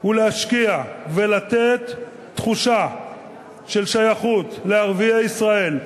הוא להשקיע ולתת תחושה של שייכות לערביי ישראל.